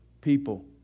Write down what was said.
people